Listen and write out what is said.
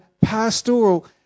pastoral